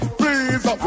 please